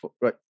right